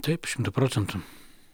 taip šimtu procentų